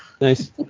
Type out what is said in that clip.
nice